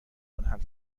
منحل